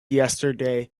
yesterday